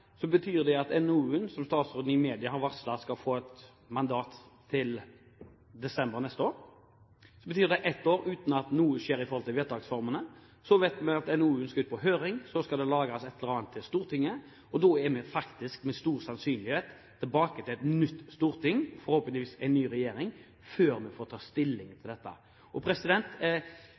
statsråden har varslet i media et mandat i desember neste år. Det betyr ett år uten at det skjer noen ting når det gjelder vedtaksformene. Vi vet at NOU-en skal ut på høring, så skal det lages et eller annet til Stortinget, og da er vi faktisk med stor sannsynlighet tilbake til et nytt storting – og forhåpentligvis en ny regjering – før vi får ta stilling til dette.